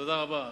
תודה רבה.